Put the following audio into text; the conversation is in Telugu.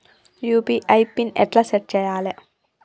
యూ.పీ.ఐ పిన్ ఎట్లా సెట్ చేయాలే?